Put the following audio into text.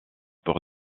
pour